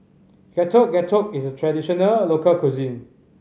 Getuk Getuk is a traditional local cuisine